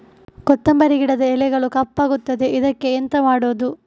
ಕೊತ್ತಂಬರಿ ಗಿಡದ ಎಲೆಗಳು ಕಪ್ಪಗುತ್ತದೆ, ಇದಕ್ಕೆ ಎಂತ ಮಾಡೋದು?